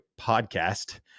podcast